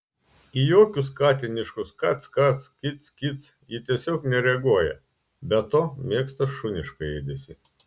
į jokius katiniškus kac kac kic kic ji tiesiog nereaguoja be to mėgsta šunišką ėdesį